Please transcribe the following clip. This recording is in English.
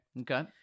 Okay